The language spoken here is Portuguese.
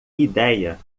ideia